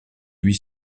huit